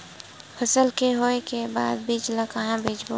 फसल के होय के बाद बीज ला कहां बेचबो?